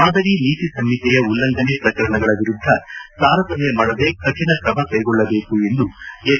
ಮಾದರಿ ನೀತಿ ಸಂಹಿತೆಯ ಉಲ್ಲಂಘನೆ ಪ್ರಕರಣಗಳ ವಿರುದ್ಧ ತಾರತಮ್ಯ ಮಾಡದೆ ಕಠಿಣ ಕ್ರಮ ಕೈಗೊಳ್ಳಬೇಕು ಎಂದು ಎಚ್